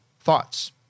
thoughts